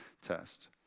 test